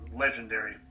legendary